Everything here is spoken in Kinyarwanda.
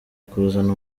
kuzana